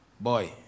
Boy